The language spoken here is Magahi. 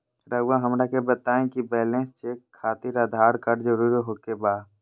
रउआ हमरा के बताए कि बैलेंस चेक खातिर आधार कार्ड जरूर ओके बाय?